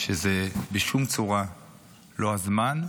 שזה בשום צורה לא הזמן,